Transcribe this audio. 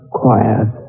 quiet